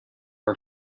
are